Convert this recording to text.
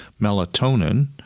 melatonin